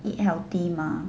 eat healthy mah